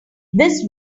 this